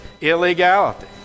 illegality